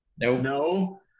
no